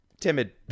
timid